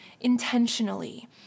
intentionally